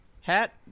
hat